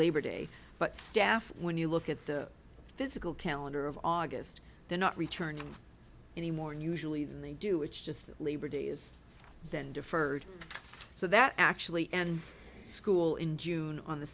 labor day but staff when you look at the physical calendar of august they're not returning any more unusually than they do it's just the labor day is then deferred so that actually ends school in june on the